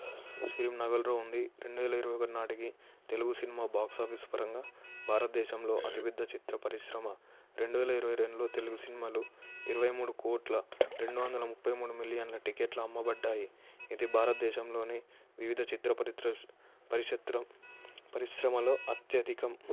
ఫిలింనగర్లో ఉంది రెండు వేల ఇరవై ఒకటి నాటికి తెలుగు సినిమా బాక్స్ ఆఫీస్ పరంగా భారతదేశంలో అతిపెద్ద చిత్ర పరిశ్రమ రెండు వేల ఇరవై రెండులో తెలుగు సినిమాలు ఇరవై మూడు కోట్ల రెండు వందల ఇరవై మూడు మిలియన్ల టికెట్లు అమ్మబడ్డాయి ఇది భారతదేశంలోని వివిధ చిత్రపరిష పరిషత్ర పరిశ్రమలో అత్యధికం